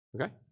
Okay